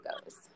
goes